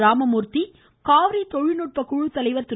ராமமூர்த்தி காவிரி தொழில்நுட்ப குழுத்தலைவர் திரு